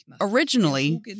Originally